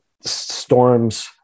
storms